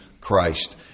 Christ